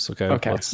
okay